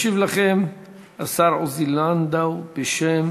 ישיב לכם השר עוזי לנדאו בשם